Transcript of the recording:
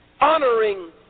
honoring